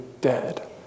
dead